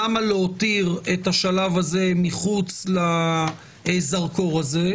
למה להותיר את השלב הזה מחוץ לזרקור הזה?